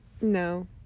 No